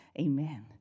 amen